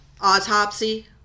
Autopsy